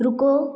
रुको